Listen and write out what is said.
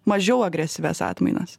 mažiau agresyvias atmainas